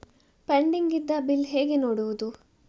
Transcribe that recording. Pending ಇದ್ದ bill ಹೇಗೆ ನೋಡುವುದು?